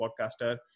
podcaster